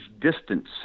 distance